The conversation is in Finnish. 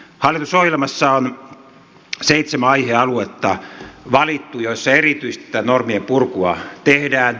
hallitusohjelmassa on seitsemän aihealuetta valittu joissa erityisesti tätä normien purkua tehdään